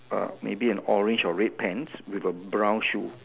oh maybe an orange or red pants with a brown shoe